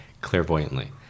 clairvoyantly